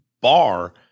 bar